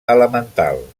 elemental